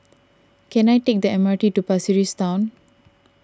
can I take the M R T to Pasir Ris Town